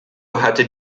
hatte